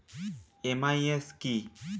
MIS কি?